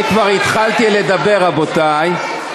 אני כבר התחלתי לדבר, רבותי.